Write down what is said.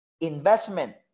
investment